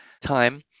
time